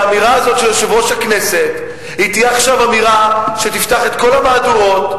שהאמירה הזאת של יושב-ראש הכנסת תהיה עכשיו אמירה שתפתח את כל המהדורות,